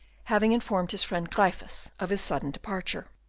having informed his friend gryphus of his sudden departure.